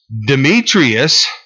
Demetrius